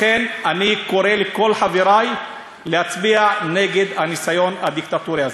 לכן אני קורא לכל חברי להצביע נגד הניסיון הדיקטטורי הזה.